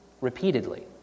repeatedly